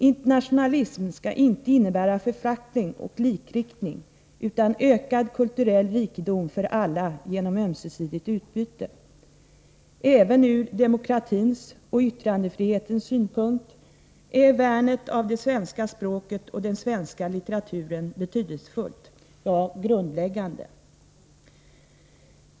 Internationalism skall inte innebära förflackning och likriktning utan ökad kulturell rikedom för alla genom ömsesidigt utbyte. Även ur demokratins och yttrandefrihetens synpunkt är värnet av det svenska språket och den svenska litteraturen betydelsefullt, ja grundläggande.